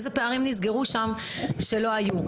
איזה פערים נסגרו שם שלא היו.